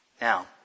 Now